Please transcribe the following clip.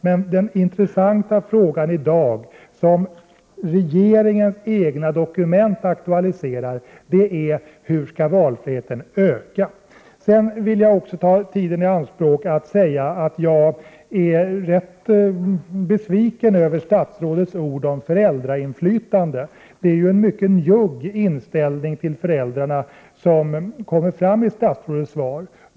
Men den intressanta frågan i dag, som regeringens egna dokument aktualiserar, är: Hur skall valfriheten öka? Sedan vill jag också ta tid i anspråk för att säga att jag är rätt besviken över statsrådets ord om föräldrainflytande. Det är en mycket njugg inställning till föräldrarna som kommer fram i statsrådets svar.